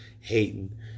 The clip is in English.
hating